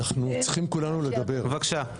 אנחנו צריכים כולנו לדבר ולצאת.